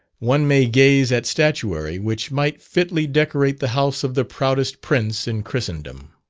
one may gaze at statuary which might fitly decorate the house of the proudest prince in christendom.